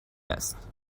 است